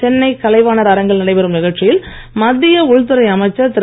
சென்னை கலைவாணர் அரங்கில் நடைபெறும் நிகழ்ச்சியில் மத்திய உள்துறை அமைச்சர் திரு